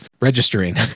registering